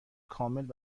کامل